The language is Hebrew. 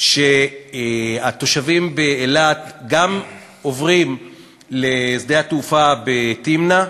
שהתושבים באילת גם עוברים לשדה התעופה בתמנע,